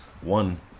One